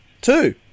Two